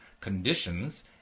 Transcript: conditions